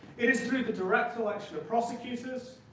it is through the direct election of prosecutors,